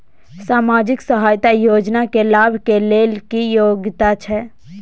सामाजिक सहायता योजना के लाभ के लेल की योग्यता छै?